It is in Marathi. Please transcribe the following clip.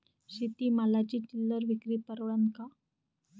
शेती मालाची चिल्लर विक्री परवडन का?